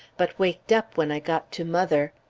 but waked up when i got to mother.